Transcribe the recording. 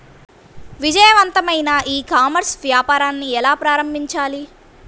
విజయవంతమైన e commerce వ్యాపారాన్ని ఎలా ప్రారంభించాలి?